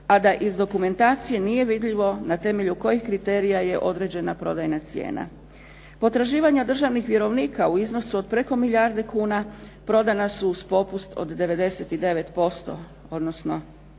a da iz dokumentacije nije vidljivo na temelju kojih kriterija je određena prodajna cijena. Potraživanja državnih vjerovnika u iznosu od preko milijarde kuna prodana uz popust od 99%, odnosno